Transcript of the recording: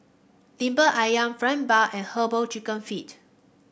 lemper ayam fried bun and herbal chicken feet